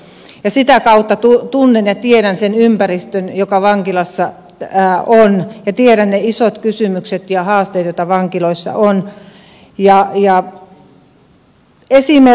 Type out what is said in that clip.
sitä kautta tunnen ja tiedän sen ympäristön joka vankilassa on ja tiedän ne isot kysymykset ja haasteet joita vankiloissa on